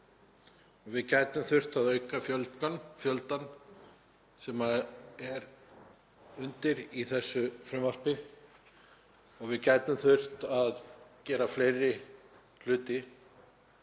Við gætum þurft að auka fjöldann sem er undir í þessu frumvarpi og við gætum þurft að gera fleiri hluti